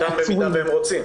הוא ניתן במידה והם רוצים.